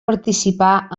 participar